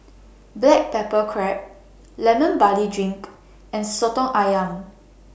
Black Pepper Crab Lemon Barley Drink and Soto Ayam